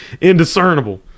Indiscernible